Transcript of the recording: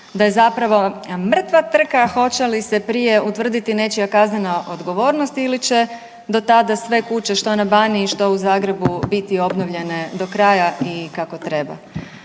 da je zapravo mrtva trka hoće li se prije utvrditi nečija kaznena odgovornost ili će sve kuće što na Baniji, što u Zagrebu biti obnovljene do kraja i kako treba.